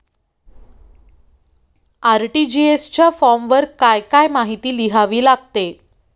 RTGS च्या फॉर्मवर काय काय माहिती लिहावी लागते?